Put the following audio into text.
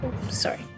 Sorry